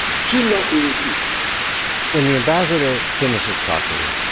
should not be repeated when the ambassador finishes talking,